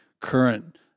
current